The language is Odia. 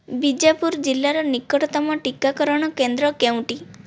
ବିଜାପୁର ଜିଲ୍ଲାର ନିକଟତମ ଟିକାକରଣ କେନ୍ଦ୍ର କେଉଁଟି